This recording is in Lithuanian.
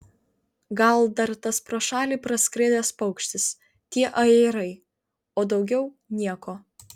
gal dar tas pro šalį praskridęs paukštis tie ajerai o daugiau nieko